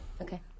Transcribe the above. Okay